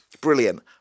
brilliant